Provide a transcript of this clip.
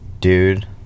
dude